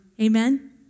Amen